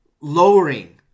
lowering